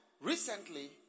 recently